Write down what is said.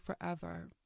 forever